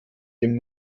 dem